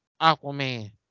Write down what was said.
Aquaman